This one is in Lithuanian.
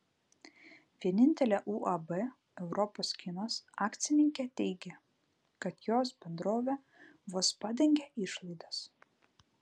vienintelė uab europos kinas akcininkė teigia kad jos bendrovė vos padengia išlaidas